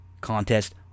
contest